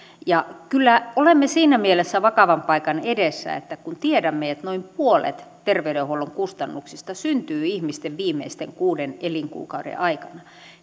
kyllä olemme siinä mielessä vakavan paikan edessä että kun tiedämme että noin puolet terveydenhuollon kustannuksista syntyy ihmisten viimeisten kuuden elinkuukauden aikana